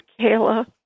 Kayla